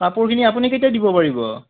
কাপোৰখিনি আপুনি কেতিয়া দিব পাৰিব